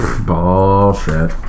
Bullshit